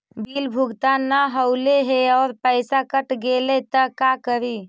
Bill भुगतान न हौले हे और पैसा कट गेलै त का करि?